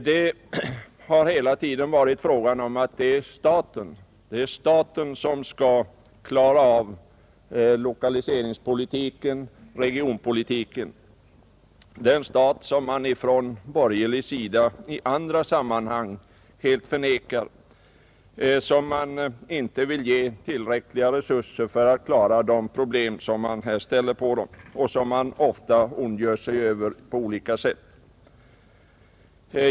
Det har hela tiden sagts att staten skall klara av lokaliseringspolitiken och regionpolitiken, den stat som man från borgerlig sida i andra sammanhang helt förnekar, som man inte vill ge tillräckliga resurser för att lösa problemen och som man ofta ondgör sig över på olika sätt.